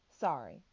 Sorry